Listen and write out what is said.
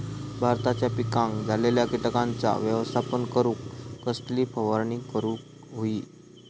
भाताच्या पिकांक झालेल्या किटकांचा व्यवस्थापन करूक कसली फवारणी करूक होई?